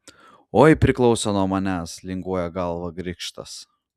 oi priklausė nuo manęs linguoja galvą grikštas